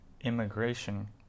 immigration